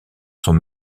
sont